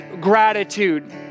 gratitude